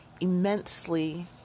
immensely